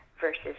versus